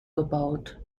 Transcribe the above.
gebaut